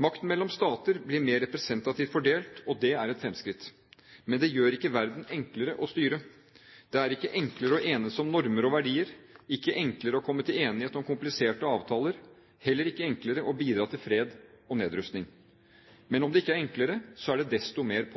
Makten mellom stater blir mer representativt fordelt, og det er et fremskritt. Men det gjør ikke verden enklere å styre; det er ikke enklere å enes om normer og verdier, ikke enklere å komme til enighet om kompliserte avtaler, heller ikke enklere å bidra til fred og nedrustning. Men om det ikke er enklere, er det desto mer